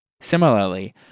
Similarly